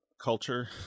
culture